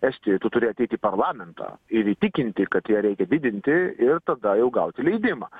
estijoj tu turi ateit į parlamentą ir įtikinti kad ją reikia didinti ir tada jau gauti leidimą